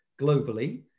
globally